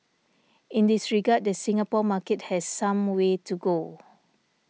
in this regard the Singapore market has some way to go